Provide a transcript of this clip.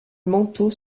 manteau